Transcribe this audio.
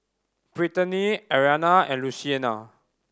Brittany Ariana and Luciana